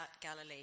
Galilee